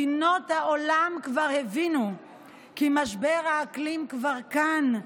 מדינות העולם כבר הבינו כי משבר האקלים כבר כאן,